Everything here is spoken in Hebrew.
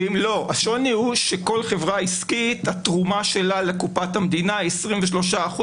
הוא שהתרומה של כל חברה עסקית לקופת המדינה היא 23%,